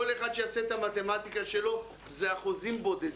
כל אחד שיעשה את המתמטיקה שלו, זה כלום.